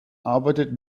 arbeitet